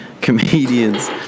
comedians